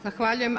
Zahvaljujem.